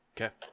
Okay